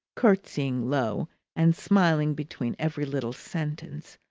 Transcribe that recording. curtsying low and smiling between every little sentence.